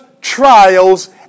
trials